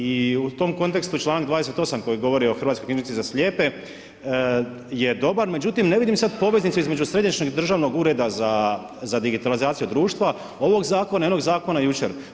I u tom kontekstu čl. 28. koji govori o Hrvatskoj knjižnici za slijepe, je dobar, međutim, ne vidim sada poveznicu između Središnjeg državnog ureda za digitalizaciju društva ovog zakona i onog zakona jučer.